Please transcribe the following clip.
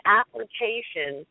application